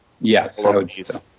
Yes